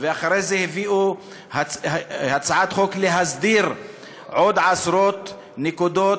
ואחרי זה הביאו הצעת חוק להסדיר עוד עשרות נקודות,